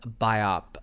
biop